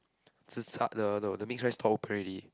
zi char the no the mix rice stall open already